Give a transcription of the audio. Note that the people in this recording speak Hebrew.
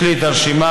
יש לי את הרשימה,